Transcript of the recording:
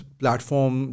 platform